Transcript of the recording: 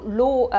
law